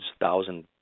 thousands